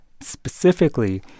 specifically